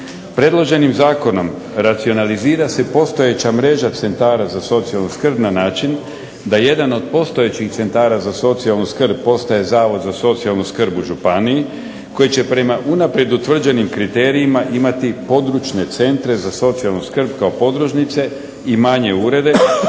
Predloženim zakonom racionalizira se postojeća mreža centara za socijalnu skrb na način da jedan od postojećih centra za socijalnu skrb postaje Zavod za socijalnu skrb u županiji koji će prema unaprijed utvrđenim kriterijima imati područne centre za socijalnu skrb kao podružnice i manje urede,